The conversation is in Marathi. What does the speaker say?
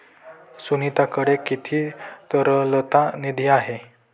सुनीताकडे किती तरलता निधी आहे?